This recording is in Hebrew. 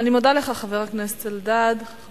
חבר הכנסת אלדד, אני מודה לך.